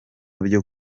byo